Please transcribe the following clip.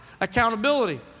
accountability